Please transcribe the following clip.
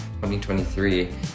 2023